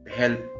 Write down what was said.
help